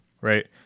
right